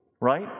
Right